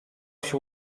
się